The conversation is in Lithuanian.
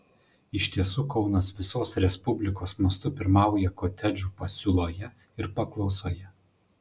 iš tiesų kaunas visos respublikos mastu pirmauja kotedžų pasiūloje ir paklausoje